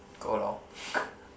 go lor